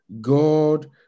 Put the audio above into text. God